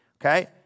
okay